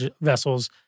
vessels